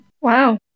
Wow